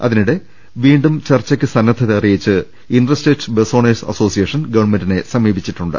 ഇതിനിടെ വീണ്ടും ചർച്ചയ്ക്ക് സന്നദ്ധത അറിയിച്ച് interstate bus owners association ഗവൺമെന്റിനെ സമീപിച്ചിട്ടുണ്ട്